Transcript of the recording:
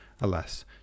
alas